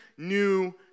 new